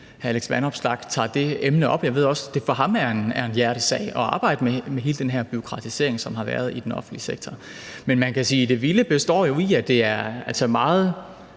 hr. Alex Vanopslagh tager det emne op, for jeg ved, at det også for ham er en hjertesag at arbejde med hele den her bureaukratisering, som der har været i den offentlige sektor. Men man kan sige, at det vilde jo består i, at det så er meget